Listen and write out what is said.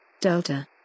Delta